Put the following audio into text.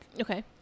Okay